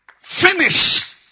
finish